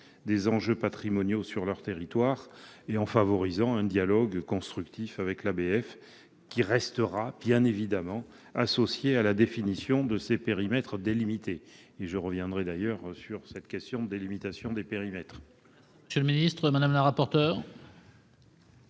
des enjeux patrimoniaux sur leur territoire, en favorisant un dialogue constructif avec l'ABF, qui restera bien évidemment associé à la définition de ces périmètres délimités. Je reviendrai d'ailleurs par la suite sur cette question de la délimitation des périmètres. Quel est l'avis de la commission